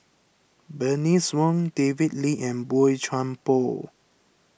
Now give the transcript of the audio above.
Bernice Wong David Lee and Boey Chuan Poh